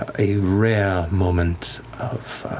ah a rare moment of